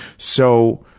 so,